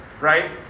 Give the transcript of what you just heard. right